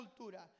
cultura